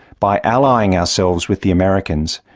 by allying ourselves with the americans,